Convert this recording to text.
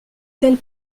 telle